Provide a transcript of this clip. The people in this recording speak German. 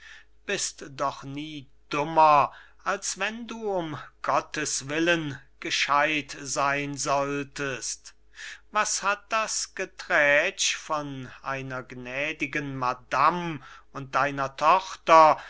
gebracht bist doch nie dummer als wenn du um gotteswillen gescheidt sein solltest was hat das geträtsch von einer gnädigen madam und deiner tochter